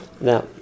Now